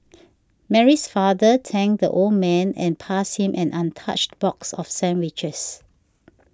Mary's father thanked the old man and passed him an untouched box of sandwiches